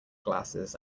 glasses